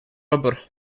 rubber